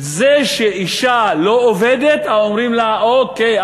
זה שאישה לא-עובדת אומרים לה: אוקיי,